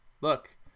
look